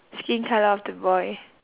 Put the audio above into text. skin colour of the boy